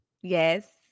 Yes